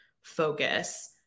focus